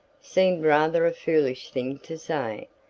seemed rather a foolish thing to say.